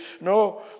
No